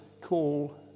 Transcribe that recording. call